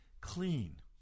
clean